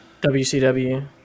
WCW